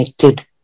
connected